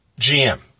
GM